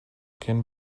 can